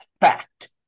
fact